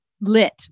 lit